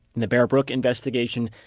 in the bear brook investigation,